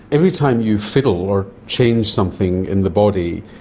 every time you fiddle or change something in the body,